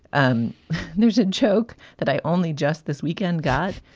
um there's a joke that i only just this weekend got.